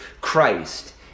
Christ